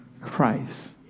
Christ